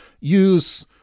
use